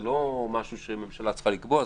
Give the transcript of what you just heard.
זה לא משהו שהממשלה צריכה לקבוע.